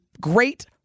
great